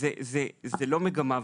זו לא מגמה,